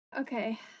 Okay